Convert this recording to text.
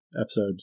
episode